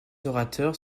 orateurs